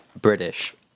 British